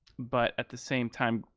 but at the same time,